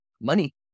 money